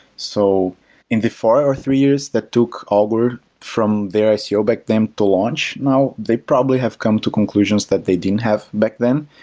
so in the four or three years that took augur from their ico so back then to launch, now they probably have come to conclusions that they didn't have back then,